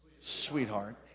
Sweetheart